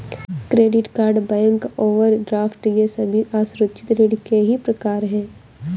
credit card bank overdraft ये सभी असुरक्षित ऋण के ही प्रकार है